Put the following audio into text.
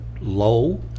low